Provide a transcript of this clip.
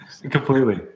Completely